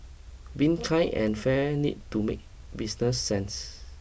being kind and fair needs to make business sense